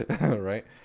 right